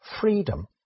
freedom